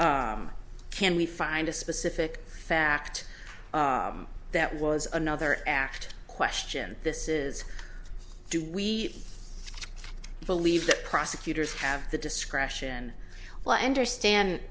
can we find a specific fact that was another act question this is do we believe that prosecutors have the discretion well i understand